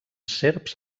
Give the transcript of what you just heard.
serps